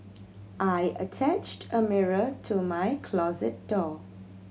I attached a mirror to my closet door